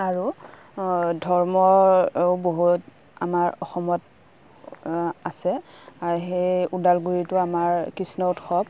আৰু ধৰ্মৰ বহুত আমাৰ অসমত আছে সেই ওদালগুৰিটো আমাৰ কৃষ্ণ উৎসৱ